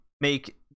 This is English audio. make